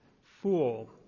fool